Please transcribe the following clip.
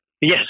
Yes